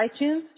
iTunes